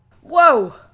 Whoa